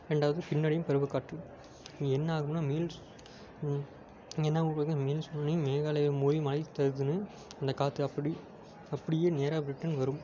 ரெண்டாவது பின்னடையும் பருவக் காற்று இங்கே என்னாகும்னால் மீள்ஸ் என்னாவு பார்த்தீங்கன்னா மேல் மேககளைய மோதி மழை தருதுன்னு அந்தக் காற்று அப்படி அப்படியே நேராக ரிட்டர்ன் வரும்